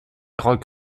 rock